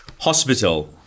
Hospital